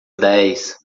dez